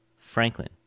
Franklin